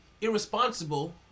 irresponsible